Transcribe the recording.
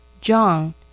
John